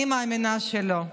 אני מאמינה שלא.